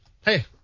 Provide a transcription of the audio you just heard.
Hey